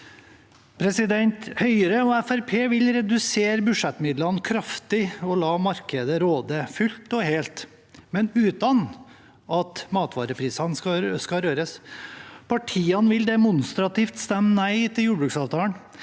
vil redusere budsjettmidlene kraftig og la markedet råde fullt og helt, men uten at matvareprisene skal røres. Partiene vil demonstrativt stemme nei til jordbruksavtalen.